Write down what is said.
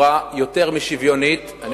בצורה יותר משוויונית, מה זה, זה אותו הדבר.